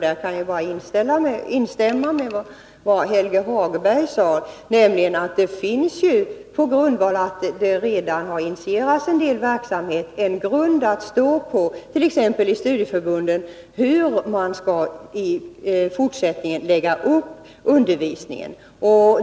Därför vill jag instämma i vad Helge Hagberg sade, att det finns ju, på grundval av att det redan har initierats en del verksamheter, en grund att stå på. Det gäller t.ex. hur studieförbunden i fortsättningen skall lägga upp undervisningen.